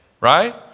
right